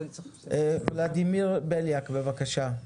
ולדימיר בליאק, בבקשה.